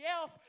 else